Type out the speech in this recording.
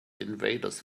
invaders